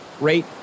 rate